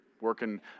working